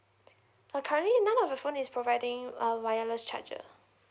err currently none of the phone is providing a wireless charger